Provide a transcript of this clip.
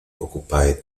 occupied